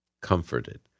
comforted